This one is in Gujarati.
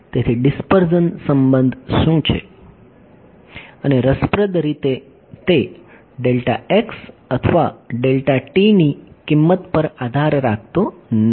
તેથી ડીસ્પર્ઝન સંબંધ શું છે અને રસપ્રદ રીતે તે અથવા ની કિંમત પર આધાર રાખતો નથી